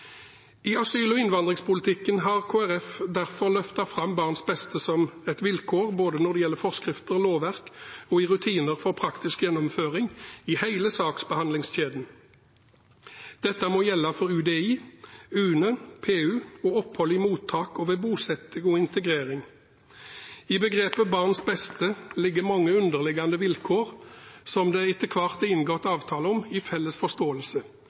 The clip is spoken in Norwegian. I asyl- og innvandringspolitikken har Kristelig Folkeparti derfor løftet fram barns beste som et vilkår når det gjelder både forskrifter, lovverk og rutiner for praktisk gjennomføring i hele saksbehandlingskjeden. Dette må gjelde for UDI, UNE og PU, ved opphold i mottak og ved bosetting og integrering. I begrepet «barns beste» ligger mange underliggende vilkår som det etter hvert er inngått avtale om – i felles forståelse.